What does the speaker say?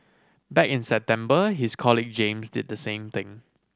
back in September his colleague James did the same thing